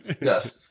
yes